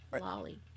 Lolly